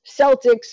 Celtics